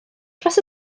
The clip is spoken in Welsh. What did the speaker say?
dros